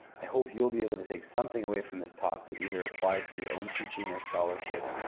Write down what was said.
i hope you'll be able to take something away from this talk that either applies to your own teaching or scholarship,